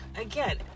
again